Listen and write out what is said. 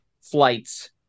flight's